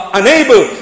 unable